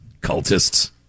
cultists